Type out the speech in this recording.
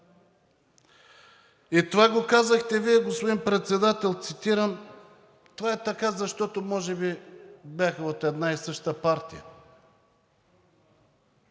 И това го казахте Вие, господин Председател, цитирам: „Това е така, защото може би бяха от една и съща партия.“